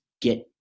get